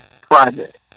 project